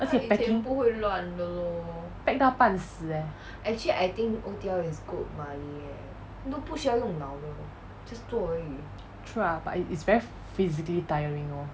而且 packing pack 到半死 leh true ah but it's it's very physically tiring lor